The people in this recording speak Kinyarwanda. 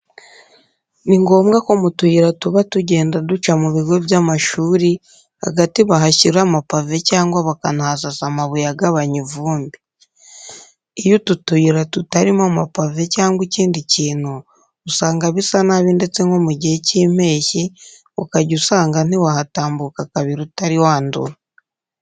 Ni ngombwa ko mu tuyira tuba tugenda duca mu bigo by'amashuri hagati bahashyira amapave cyangwa bakahasasa amabuye agabanya ivumbi. Iyo utu tuyira tutarimo amapave cyangwa ikindi kintu usanga bisa nabi ndetse nko mu gihe cy'impeshyi ukajya usanga ntiwahatambuka kabiri utari wandura.